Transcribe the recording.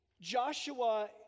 Joshua